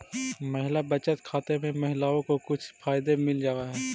महिला बचत खाते में महिलाओं को कुछ फायदे मिल जावा हई